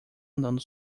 andando